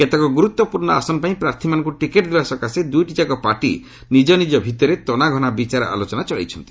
କେତେକ ଗ୍ରରତ୍ୱପୂର୍ଣ୍ଣ ଆସନପାଇଁ ପ୍ରାର୍ଥୀମାନଙ୍କ ଟିକେଟ୍ ଦେବା ସକାଶେ ଦ୍ରଇଟିଯାକ ପାର୍ଟି ନିଜ ନିଜ ଭିତରେ ତନାଘନା ବିଚାର ଆଲୋଚନା ଚଳେଇଛନ୍ତି